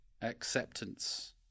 acceptance